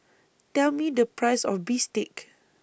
Tell Me The Price of Bistake